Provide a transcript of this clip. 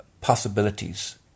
possibilities